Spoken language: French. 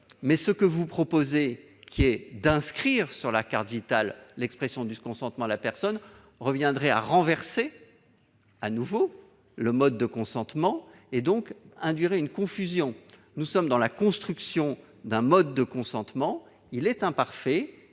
façon régulière. Toutefois, inscrire sur la carte Vitale l'expression du consentement de la personne reviendrait à renverser à nouveau le mode de consentement et induirait une confusion. Nous sommes dans la construction d'un mode de consentement ; celui-ci est imparfait,